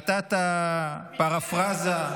נתת פרפרזה.